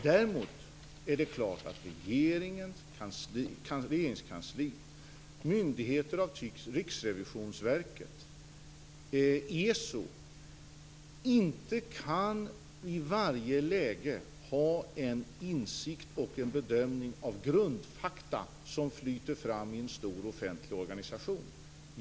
Däremot är det klart att Regeringskansliet, och myndigheter av typen Riksrevisionsverket, inte i varje läge kan ha en insikt och göra en bedömning av grundfakta som flyter fram i en stor offentlig organisation.